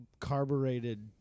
carbureted